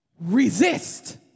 Resist